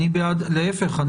להיפך.